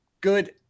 good